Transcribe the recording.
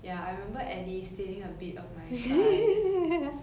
ya I remember eddie stealing a bit of my fries